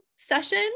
session